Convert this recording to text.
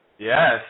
Yes